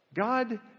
God